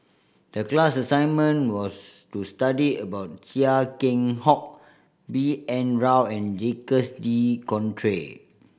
the class assignment was to study about Chia Keng Hock B N Rao and Jacques De Coutre